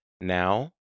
now